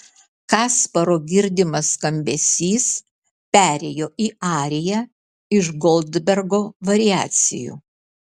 kasparo girdimas skambesys perėjo į ariją iš goldbergo variacijų